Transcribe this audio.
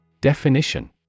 Definition